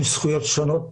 עם זכויות שונות